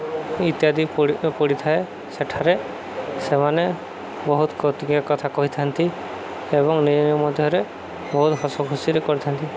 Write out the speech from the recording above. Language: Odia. ଇତ୍ୟାଦି ପଡ଼ିଥାଏ ସେଠାରେ ସେମାନେ ବହୁତ କୌତୁକିଆ କଥା କହିଥାନ୍ତି ଏବଂ ନିଜ ନିଜ ମଧ୍ୟରେ ବହୁତ ହସଖୁସିରେ କରିଥାନ୍ତି